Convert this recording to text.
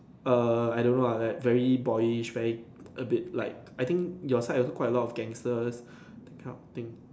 err I don't know ah like very boyish very a bit like I think your side also quite a lot of gangsters that kind of thing